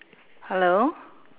hello